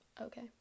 okay